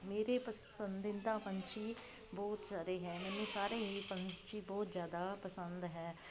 ਮੇਰੇ ਪਸੰਦੀਦਾ ਪੰਛੀ ਬਹੁਤ ਸਾਰੇ ਹੈ ਮੈਨੂੰ ਸਾਰੇ ਹੀ ਪੰਛੀ ਬਹੁਤ ਜ਼ਿਆਦਾ ਪਸੰਦ ਹੈ